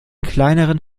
kleineren